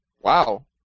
Wow